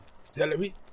celery